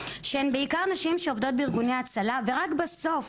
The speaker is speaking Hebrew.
שהן בעיקר נשים שעובדות בארגוני ההצלה ורק בסוף,